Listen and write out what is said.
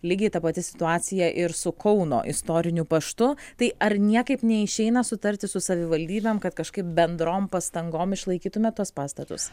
lygiai ta pati situacija ir su kauno istoriniu paštu tai ar niekaip neišeina sutarti su savivaldybėm kad kažkaip bendrom pastangom išlaikytume tuos pastatus